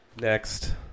Next